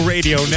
Radio